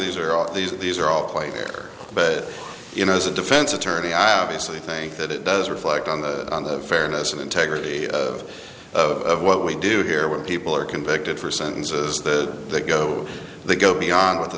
these are all these these are all quite there but you know as a defense attorney i obviously think that it does reflect on the fairness and integrity of what we do here when people are convicted for sentences that they go they go beyond what the